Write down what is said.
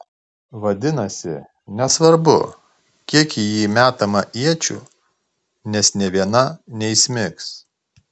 vadinasi nesvarbu kiek į jį metama iečių nes nė viena neįsmigs